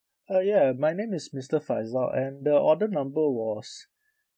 ah ya my name is mister faisal and the order number was